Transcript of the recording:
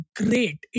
great